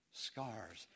scars